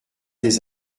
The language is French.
des